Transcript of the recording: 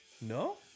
No